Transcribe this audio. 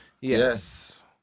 Yes